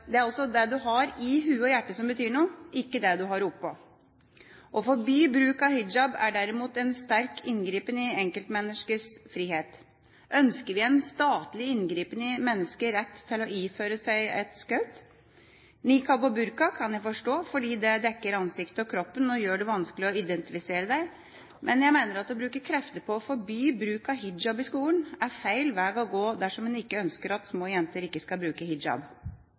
Det er altså hva en har i hodet og hjertet som betyr noe, ikke det en har oppå. Å forby bruk av hijab er derimot en sterk inngripen i enkeltmenneskers frihet. Ønsker vi en statlig inngripen i menneskers rett til å iføre seg et skaut? Niqab og burka kan jeg forstå, fordi det dekker ansiktet og kroppen og gjør det vanskelig å identifisere deg. Men jeg mener at å bruke krefter på å forby bruk av hijab i skolen er feil vei å gå, dersom en ikke ønsker at små jenter ikke skal bruke hijab.